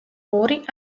ორი